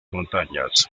montañas